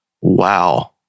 wow